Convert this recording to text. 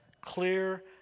clear